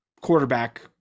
quarterback